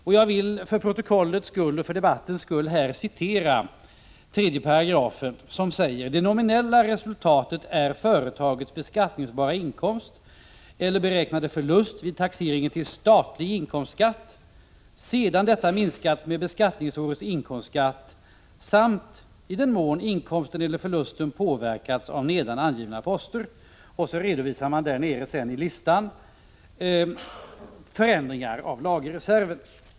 Med tanke på protokollet och för debattens skull vill jag citera 3 § i lagen om vinstdelningsskatt: listan som sedan följer i3 § redovisar man förändringar av lagerreserven.